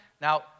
Now